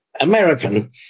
American